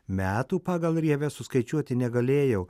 metų pagal rieves suskaičiuoti negalėjau